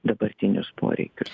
dabartinius poreikius